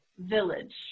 village